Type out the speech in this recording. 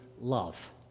love